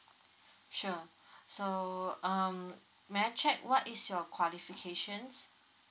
sure so um may I check what is your qualifications